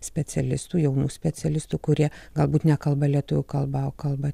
specialistų jaunų specialistų kurie galbūt nekalba lietuvių kalba o kalba